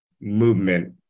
movement